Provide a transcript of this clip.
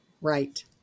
Right